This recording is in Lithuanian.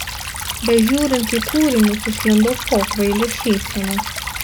bežiūrint į kūrinius išlindo pokvailė šypsena